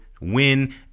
win